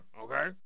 okay